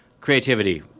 creativity